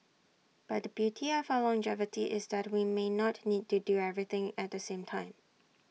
but the beauty of our longevity is that we may not need to do everything at the same time